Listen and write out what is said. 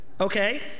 Okay